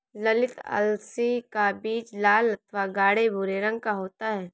ललीत अलसी का बीज लाल अथवा गाढ़े भूरे रंग का होता है